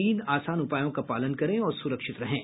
तीन आसान उपायों का पालन करें और सुरक्षित रहें